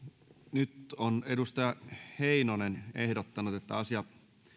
nyt on edustaja heinonen ehdottanut että asia